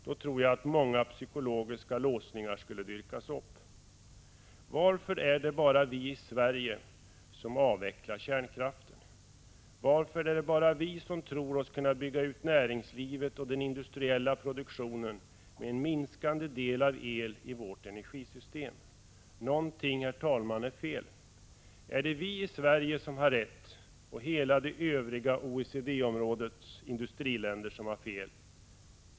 Då tror jag att många psykologiska låsningar skulle dyrkas upp. Varför är det bara vi i Sverige som avvecklar kärnkraften? Varför är det bara vi som tror oss kunna bygga ut näringslivet och den industriella produktionen med en minskande del av el i vårt energisystem? Något, herr talman, är fel. Är det vi i Sverige som har rätt och hela det övriga OECD-områdets industriländer som har fel?